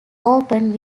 open